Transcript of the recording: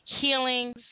healings